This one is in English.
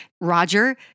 Roger